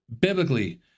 biblically